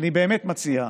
אני באמת מציע,